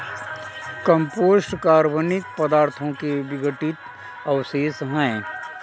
compost कार्बनिक पदार्थों के विघटित अवशेष हैं